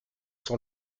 sans